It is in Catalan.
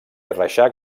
reixac